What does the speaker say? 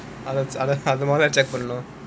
அது நல்லா:athu nallaa enjoy பண்ணனும்:pannanum